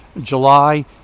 July